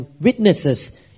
witnesses